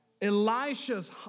Elisha's